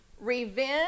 Revenge